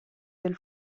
del